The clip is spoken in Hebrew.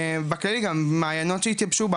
בכללי גם מעיינות שיתייבשו,